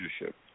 leadership